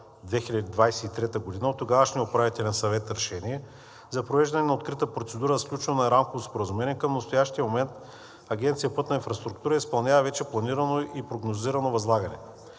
2023 г. от тогавашния управителен съвет решение за провеждане на открита процедура – сключване на рамково споразумение, към настоящия момент Агенция „Пътна инфраструктура“ изпълнява вече планирано и прогнозирано възлагане.